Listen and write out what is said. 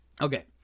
okay